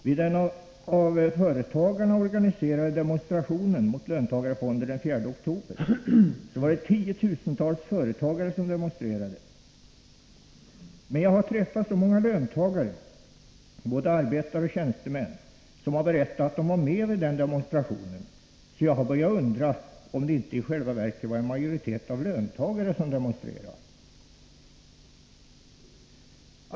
Vid den av företagarna organiserade demonstrationen mot löntagarfonder den 4 oktober demonstrerade tiotusentals företagare. Men jag har träffat så många löntagare — både arbetare och tjänstemän — som har berättat att de var med vid denna demonstration att jag har börjat undra om det inte i själva verket var en majoritet av löntagare som demonstrerade.